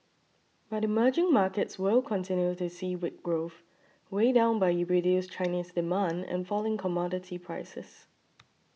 but emerging markets will continue to see weak growth weighed down by reduced Chinese demand and falling commodity prices